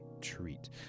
treat